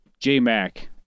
J-Mac